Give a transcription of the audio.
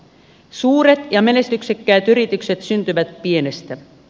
suuret ja menestyksekkäät yritykset syntyvät pienestä